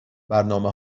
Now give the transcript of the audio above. برنامه